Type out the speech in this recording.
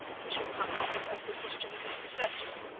we shall have to think of the question of a successor.